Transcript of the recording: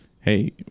hey